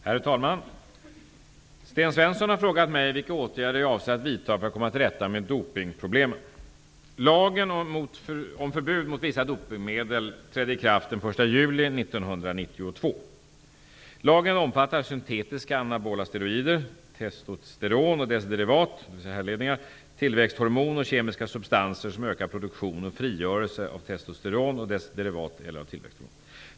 Herr talman! Sten Svensson har frågat mig vilka åtgärder jag avser att vidta för att komma till rätta med dopningsproblemen. 1991:1969) trädde i kraft den 1 juli 1992. Lagen omfattar syntetiska anabola steroider, testosteron och dess derivat, tillväxthormon och kemiska substanser som ökar produktion och frigörelse av testosteron och dess derivat eller av tillväxthormon.